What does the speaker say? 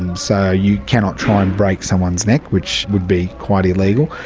and so you cannot try and break someone's neck, which would be quite illegal.